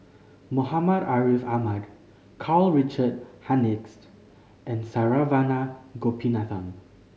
Muhammad Ariff Ahmad Karl Richard Hanitsch and Saravanan Gopinathan